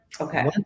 Okay